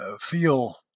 feel